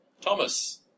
Thomas